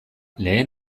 lehen